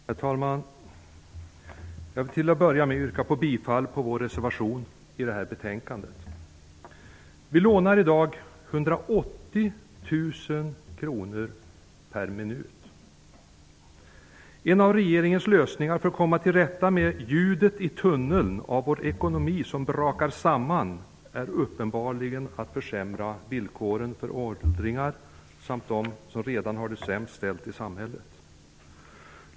Herr talman! Jag vill till att börja med yrka bifall till vår reservation i detta betänkande. Vi lånar i dag 180 000 kr per minut. En av regeringens lösningar för att komma till rätta med det ljud vi kan höra i tunneln när ekonomin brakar samman, är uppenbarligen att försämra villkoren för åldringar samt för dem som redan har det sämst ställt i samhället.